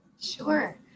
Sure